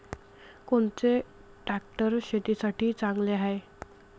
कोनचे ट्रॅक्टर शेतीसाठी चांगले हाये?